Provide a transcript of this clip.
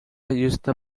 used